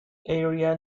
area